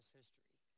history